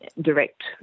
direct